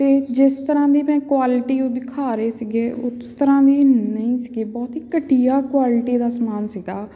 ਅਤੇ ਜਿਸ ਤਰ੍ਹਾਂ ਦੀ ਮੈਂ ਕੁਆਲਿਟੀ ਉਹ ਦਿਖਾ ਰਹੇ ਸੀਗੇ ਉਸ ਤਰ੍ਹਾਂ ਦੀ ਨਹੀਂ ਸੀਗੀ ਬਹੁਤ ਹੀ ਘਟੀਆ ਕੁਆਲਿਟੀ ਦਾ ਸਮਾਨ ਸੀਗਾ